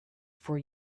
for